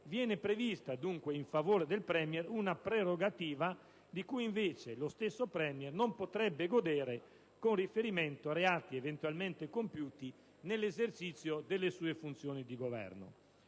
e da un'altra parte di frode fiscale): una prerogativa di cui, invece, lo stesso *Premier* non potrebbe godere con riferimento a reati eventualmente compiuti nell'esercizio delle sue funzioni di governo.